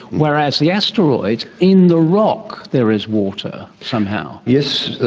whereas the asteroids, in the rock there is water somehow? yes,